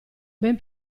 ben